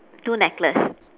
two necklace